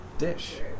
dish